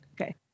Okay